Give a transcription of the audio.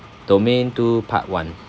domain two part one